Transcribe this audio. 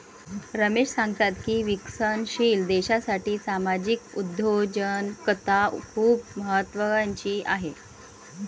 रमेश सांगतात की विकसनशील देशासाठी सामाजिक उद्योजकता खूप महत्त्वाची आहे